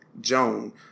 Joan